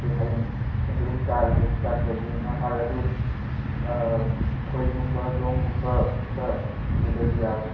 ꯁꯨ ꯍꯌꯦꯡ ꯁꯣꯝꯗ ꯑꯗꯨꯝ ꯆꯥꯔꯁꯦ ꯆꯥꯛꯇꯣ ꯑꯗꯨꯒ ꯉꯥ ꯐꯥꯔꯒ ꯑꯗꯨ ꯈꯣꯏꯒꯨꯝꯕ ꯂꯣꯡꯒꯨꯝꯕ ꯈꯔ ꯄꯨꯗꯗꯤ ꯌꯥꯔꯣꯏ